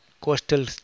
coastal